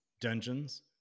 dungeons